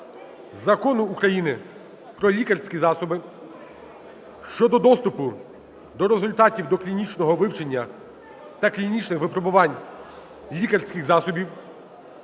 Закону України "Про лікарські засоби" (щодо доступу до результатів доклінічного вивчення та клінічних випробувань лікарських засобів)